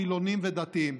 חילונים ודתיים.